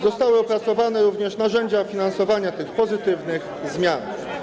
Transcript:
Zostały opracowane również narzędzia finansowania tych pozytywnych zmian.